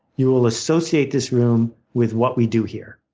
you will associate this room with what we do here.